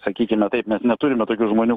sakykime taip mes neturime tokių žmonių